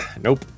Nope